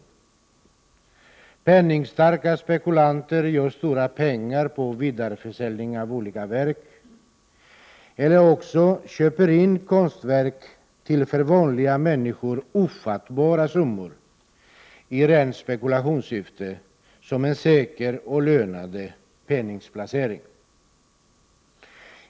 = Jm omen mm en Penningstarka spekulanter gör stora pengar på vidareförsäljning av olika verk, eller också köper de in konstverk till för vanliga människor ofattbara summor i rent spekulationssyfte för att göra en säker och lönande penningplacering.